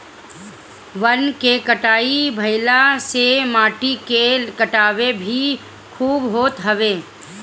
वन के कटाई भाइला से माटी के कटाव भी खूब होत हवे